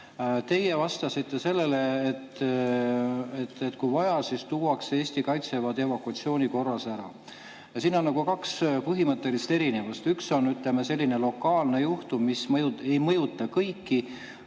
Teie vastasite sellele, et kui vaja, siis tuuakse Eesti kaitseväe[lased] evakuatsiooni korras ära. Siin on kaks põhimõttelist erinevust. Üks on selline lokaalne juhtum, mida ma